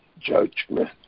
judgment